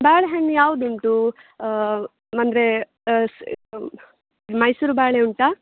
ಬಾಳೆಹಣ್ಣು ಯಾವುದುಂಟು ಅಂದರೆ ಮೈಸೂರು ಬಾಳೆ ಉಂಟಾ